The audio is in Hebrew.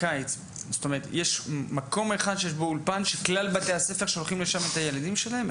יש מקום אחד שיש בו אולפן קיץ שכלל בתי הספר שולחים לשם את הילדים שלהם?